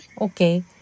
Okay